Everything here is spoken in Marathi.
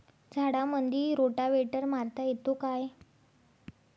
झाडामंदी रोटावेटर मारता येतो काय?